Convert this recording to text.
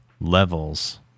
levels